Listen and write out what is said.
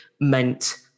meant